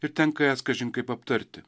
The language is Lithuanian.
ir tenka jas kažin kaip aptarti